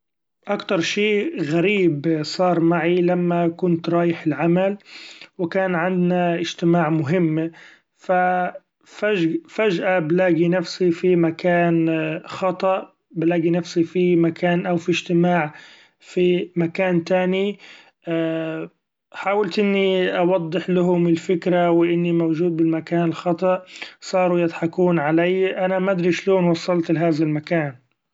أكتر شي غريب صار معي لما كنت رايح العمل ، و كان عنا اجتماع مهم ف فجأة بلاقي نفسي في مكان خطأ ، بلاقي نفسي في مكان أو في اجتماع في مكان تاني حاولت إني أوضح لهم الفكرة و إني موجود بالمكان الخطأ صارو يضحكون علي ، أنا مدري شلون وصلت لهذا المكان.